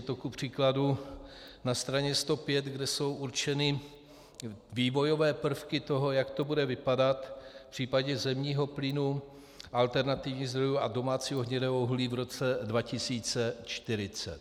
Je to kupříkladu na straně 105, kde jsou určeny vývojové prvky toho, jak to bude vypadat v případě zemního plynu, alternativních zdrojů a domácího hnědého uhlí v roce 2040.